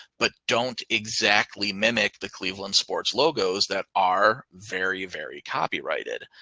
but don't exactly mimic the cleveland sports logos that are very, very copyrighted.